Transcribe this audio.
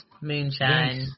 moonshine